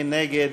מי נגד?